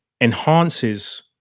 enhances